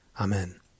Amen